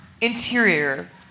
Interior